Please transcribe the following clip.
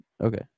Okay